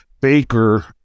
Baker